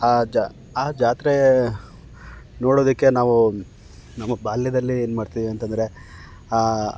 ಆ ಜ ಆ ಜಾತ್ರೆ ನೋಡೋದಕ್ಕೆ ನಾವೂ ನಮ್ಮ ಬಾಲ್ಯದಲ್ಲಿ ಏನು ಮಾಡ್ತಿದ್ವಿ ಅಂತ ಅಂದ್ರೆ